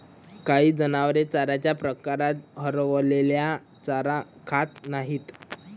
काही जनावरे चाऱ्याच्या प्रकारात हरवलेला चारा खात नाहीत